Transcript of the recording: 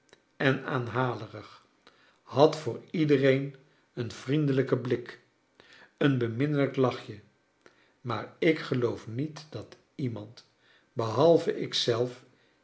en aanhalerig had voor iedereen een vriendelijken blik een beminnelijk lachje maar ik geloof niet dat iemand behalve ik zelf